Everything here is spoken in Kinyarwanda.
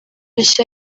nshya